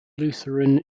lutheran